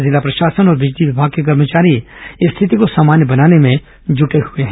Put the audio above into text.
जिला प्रशासन और बिजली विभाग के कर्मचारी स्थिति को सामान्य बनाने में जुटे हुए हैं